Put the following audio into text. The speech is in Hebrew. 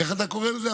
איך אתה קורא לזה?